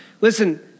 Listen